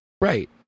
Right